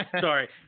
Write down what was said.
Sorry